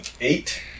eight